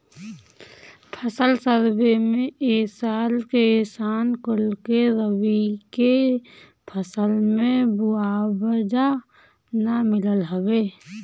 फसल सर्वे में ए साल किसान कुल के रबी के फसल के मुआवजा ना मिलल हवे